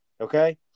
Okay